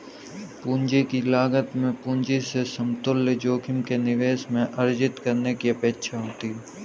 पूंजी की लागत में पूंजी से समतुल्य जोखिम के निवेश में अर्जित करने की अपेक्षा होती है